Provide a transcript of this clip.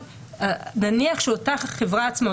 נניח שאותה חברה עצמה,